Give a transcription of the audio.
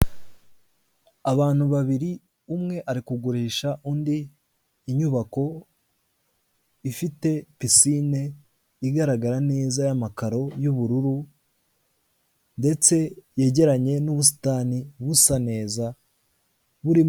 Abantu babiri, umwe ari kugurisha undi inyubako ifite pisine igaragara neza y'amakaro y'ubururu ndetse yegeranye n'ubusitani busa neza burimo